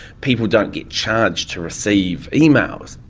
people don't get charged to receive emails.